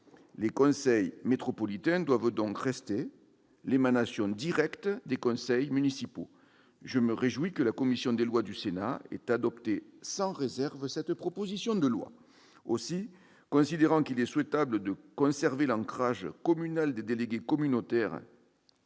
Les conseils métropolitains doivent donc rester l'émanation directe des conseils municipaux. Je me réjouis que la commission des lois du Sénat ait adopté sans réserve cette proposition de loi. Considérant qu'il est souhaitable de conserver l'ancrage communal des délégués communautaires,